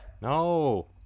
No